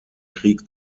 krieg